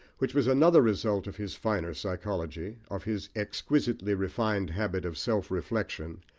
which was another result of his finer psychology, of his exquisitely refined habit of self-reflection,